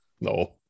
No